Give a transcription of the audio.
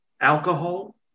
alcohol